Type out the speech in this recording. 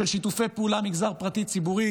של שיתופי פעולה מגזר פרטי ומגזר ציבורי